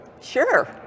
Sure